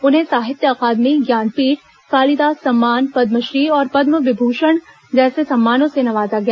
उन्हें साहित्य अकादमी ज्ञानपीठ कालीदास सम्मान पदमश्री और पदमभूषण जैसे सम्मानों से नवाजा गया